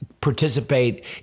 participate